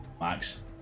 Max